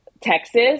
Texas